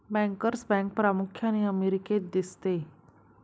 bankers bank प्रामुख्याने अमेरिकेत दिसते